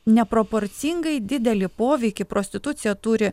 neproporcingai didelį poveikį prostitucija turi